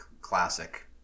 classic